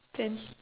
ten